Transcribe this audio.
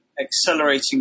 accelerating